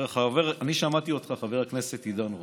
אני שמעתי אותך, חבר הכנסת עידן רול.